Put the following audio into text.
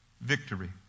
victory